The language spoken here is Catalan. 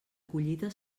collita